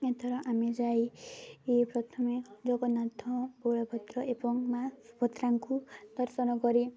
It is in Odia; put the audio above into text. ଏଥର ଆମେ ଯାଇ ପ୍ରଥମେ ଜଗନ୍ନାଥ ବଳଭଦ୍ର ଏବଂ ମାଁ ସୁଭଦ୍ରାଙ୍କୁ ଦର୍ଶନ କରି